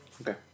okay